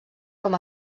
com